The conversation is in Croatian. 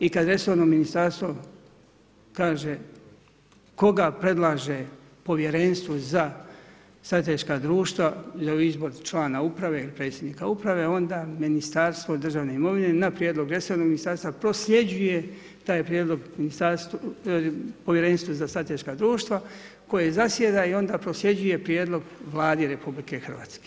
I kad resorno ministarstvo, kaže koga predlaže povjerenstvo za strateška društva ili izbor člana uprave, predsjednika uprave, onda Ministarstvo državne imovine, na prijedlog resornog ministarstva, prosljeđuju povjerenstvu za strateška društva, koje zasjeda i onda prosljeđuje prijedlog Vladi RH.